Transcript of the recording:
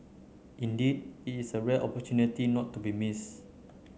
indeed it is a rare opportunity not to be missed